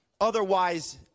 otherwise